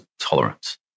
tolerance